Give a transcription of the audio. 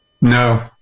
No